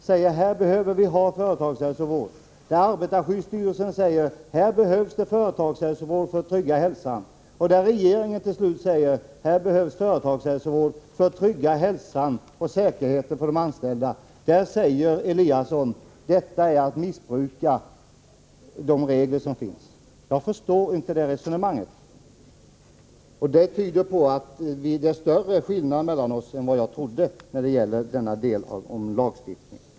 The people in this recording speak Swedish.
säger: Här behöver vi ha företagshälsovård, där arbetarskyddsstyrelsen säger: Här behövs det företagshälsovård för att trygga hälsan, och där regeringen till slut säger: Här behövs företagshälsovård för att trygga hälsan och säkerheten för de anställda, där säger Eliasson: Detta är att missbruka de regler som finns. Jag förstår inte det resonemanget. Det tyder på att det råder större skillnad mellan oss än jag trodde när det gäller denna del av lagstiftningen.